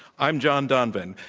i'm john donovan.